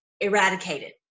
eradicated